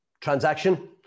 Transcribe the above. transaction